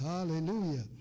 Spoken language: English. Hallelujah